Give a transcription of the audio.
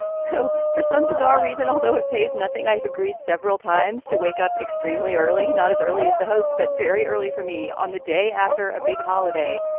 so for some bizarre reason although it pays nothing i have agreed several times to wake up extremely early not as early as the host but very early for me on the day after a big holiday.